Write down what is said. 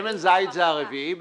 שמן הזית הוא הרביעי?